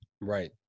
right